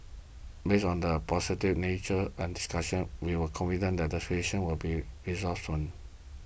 based on the positive nature and discussions we are confident that this situation will be resolved soon